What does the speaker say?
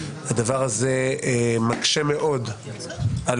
הדבר הזה מקשה מאוד על